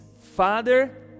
father